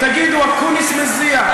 תגידו "אקוניס מזיע",